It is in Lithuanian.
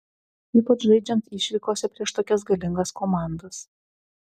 ypač žaidžiant išvykose prieš tokias galingas komandas